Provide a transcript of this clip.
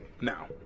now